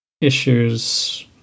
issues